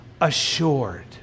assured